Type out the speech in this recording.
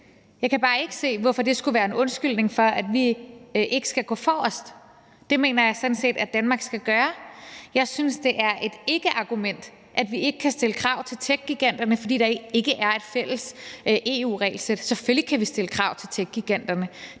Jeg kan bare ikke se, hvorfor det skulle være en undskyldning for, at vi ikke skal gå forrest. Det mener jeg sådan set at Danmark skal gøre. Jeg synes, at det er et ikkeargument, at vi ikke kan stille krav til techgiganterne, fordi der ikke er et fælles EU-regelsæt. Selvfølgelig kan vi stille krav til techgiganterne.